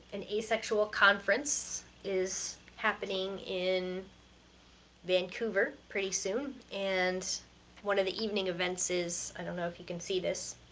an asexual conference is happening in vancouver pretty soon, and one of the evening events is, i don't know if you can see this,